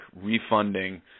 refunding